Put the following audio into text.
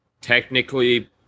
technically